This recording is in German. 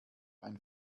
ein